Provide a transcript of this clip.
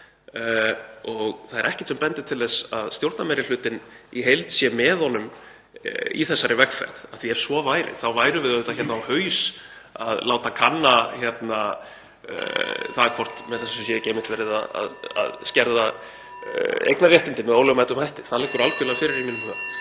og það er ekkert sem bendir til þess að stjórnarmeirihlutinn í heild sé með honum í þessari vegferð því að ef svo væri værum við auðvitað á haus að láta kanna hvort með þessu sé ekki einmitt verið að skerða eignarréttindi með ólögmætum hætti. Það liggur algerlega fyrir í mínum huga.